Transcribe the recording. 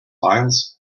files